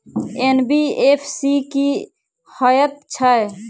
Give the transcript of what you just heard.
NBFC की हएत छै?